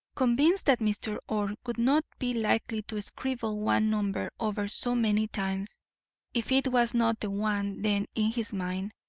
convinced that mr. orr would not be likely to scribble one number over so many times if it was not the one then in his mind,